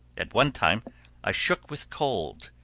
at one time i shook with cold,